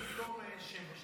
בבוקר פתאום שמש,